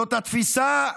זאת התפיסה הליברלית,